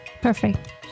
perfect